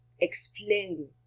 explain